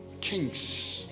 kings